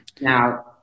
now